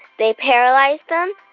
they paralyze them,